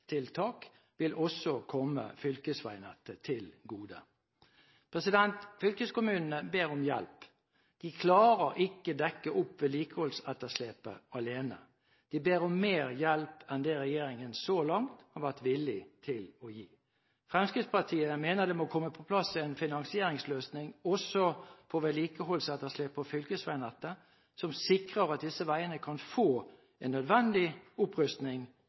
vil også komme fylkesveinettet til gode. Fylkeskommunene ber om hjelp. De klarer ikke å dekke opp vedlikeholdsetterslepet alene. De ber om mer hjelp enn det regjeringen så langt har vært villig til å gi. Fremskrittspartiet mener det må komme på plass en finansieringsløsning også for vedlikeholdsetterslepet på fylkesveinettet som sikrer at disse veiene kan få en nødvendig opprustning